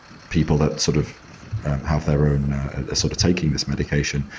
people that sort of have their own sort of taking this medication,